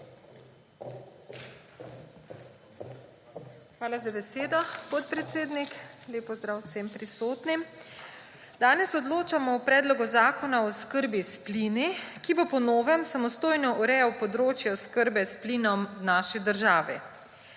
Hvala za besedo, podpredsednik. Lep pozdrav vsem prisotnim! Danes odločamo o Predlogu zakona o oskrbi s plini, ki bo po novem samostojno urejal področje oskrbe s plinom v naši državi.